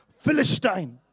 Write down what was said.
Philistine